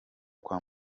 kwa